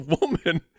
woman